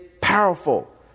powerful